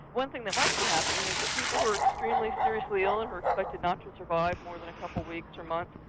one thing that might be happening is that people who are extremely seriously ill and are expected not to survive more than a couple of weeks or months,